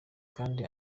kandi